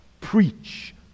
Preach